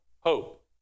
hope